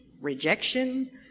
rejection